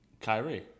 Kyrie